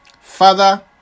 Father